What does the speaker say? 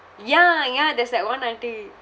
ya ya there's that one auntie